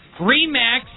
Remax